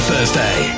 Thursday